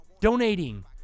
donating